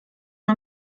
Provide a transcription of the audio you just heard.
wir